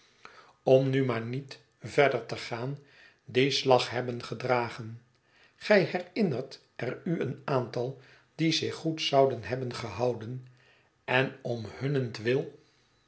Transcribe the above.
om nu maar niet verder te gaan dien slag hebben gedragen gij herinnert er u een aantal dié zich goed zouden hebben gehouden en om hunnentwil